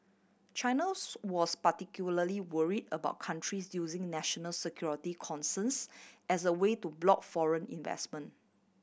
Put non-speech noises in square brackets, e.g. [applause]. China [noise] was particularly worry about countries using national security concerns as a way to block foreign investment